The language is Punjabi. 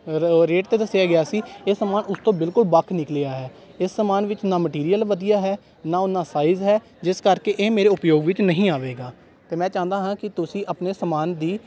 ਰੇਟ 'ਤੇ ਦੱਸਿਆ ਗਿਆ ਸੀ ਇਹ ਸਮਾਨ ਉਸ ਤੋਂ ਬਿਲਕੁਲ ਵੱਖ ਨਿਕਲਿਆ ਹੈ ਇਸ ਸਮਾਨ ਵਿੱਚ ਨਾ ਮਟੀਰੀਅਲ ਵਧੀਆ ਹੈ ਨਾ ਉਨ੍ਹਾਂ ਸਾਈਜ਼ ਹੈ ਜਿਸ ਕਰਕੇ ਇਹ ਮੇਰੇ ਉਪਯੋਗ ਵਿੱਚ ਨਹੀਂ ਆਵੇਗਾ ਅਤੇ ਮੈਂ ਚਾਹੁੰਦਾ ਹਾਂ ਕਿ ਤੁਸੀਂ ਆਪਣੇ ਸਮਾਨ ਦੀ